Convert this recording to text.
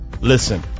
Listen